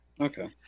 Okay